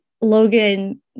Logan